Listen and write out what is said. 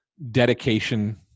Dedication